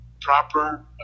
proper